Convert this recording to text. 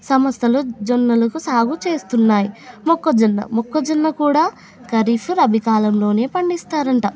సంస్థలు జొన్నలకు సాగు చేస్తున్నాయి మొక్కజొన్న మొక్కజొన్న కూడా ఖరీఫ్ రవి కాలంలో పండిస్తారంట